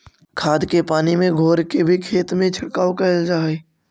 खाद के पानी में घोर के भी खेत में छिड़काव कयल जा हई